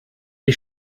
die